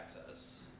access